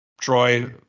Troy